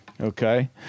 okay